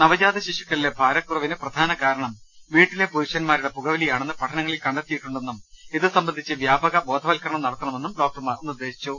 നവജാതശിശുക്കളിലെ ഭാരക്കുറവിന് പ്രധാന കാരണം വീട്ടിലെ പുരുഷന്മാരുടെ പുകവലിയാണെന്ന് പഠനങ്ങളിൽ കണ്ടെ ത്തിയിട്ടുണ്ടെന്നും ഇതു സംബന്ധിച്ച് വ്യാപക ബോധവത്കരണം നടത്ത ണമെന്നും ഡോക്ടർമാർ നിർദ്ദേശിച്ചു